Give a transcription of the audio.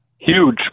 Huge